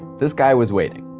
this guy was waiting.